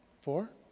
Four